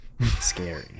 Scary